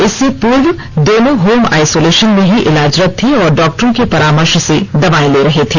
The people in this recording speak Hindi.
इससे पूर्व दोनों होम आइसोलेशन में ही इलाजरत थे और डाक्टरों के परामर्श से दवाएं ले रहे थे